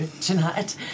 tonight